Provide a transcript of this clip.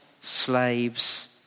slaves